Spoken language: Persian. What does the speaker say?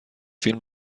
فیلم